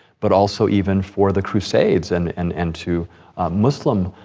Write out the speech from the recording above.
but also even for the crusades and and and to muslim